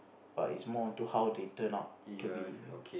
but is more of like how they turn out to be